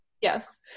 Yes